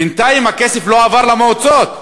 בינתיים הכסף לא עבר למועצות,